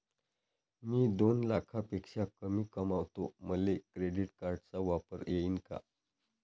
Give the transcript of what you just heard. मी दोन लाखापेक्षा कमी कमावतो, मले क्रेडिट कार्ड वापरता येईन का?